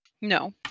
No